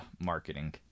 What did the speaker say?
marketing